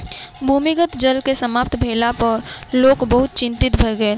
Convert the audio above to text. भूमिगत जल के समाप्त भेला पर लोक बहुत चिंतित भ गेल